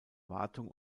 wartung